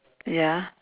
ya